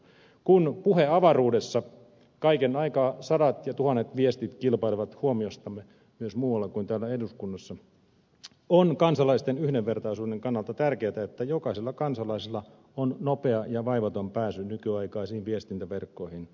kun puheavaruudessa kaiken aikaa sadat ja tuhannet viestit kilpailevat huomiostamme myös muualla kuin täällä eduskunnassa on kansalaisten yhdenvertaisuuden kannalta tärkeätä että jokaisella kansalaisella on nopea ja vaivaton pääsy nykyaikaisiin viestintäverkkoihin